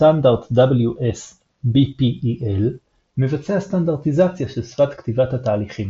סטנדרט WS-BPEL מבצע סטנדרטיזציה של שפת כתיבת התהליכים.